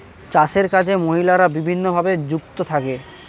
চাষের কাজে মহিলারা বিভিন্নভাবে যুক্ত থাকে